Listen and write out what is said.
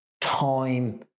time